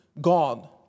God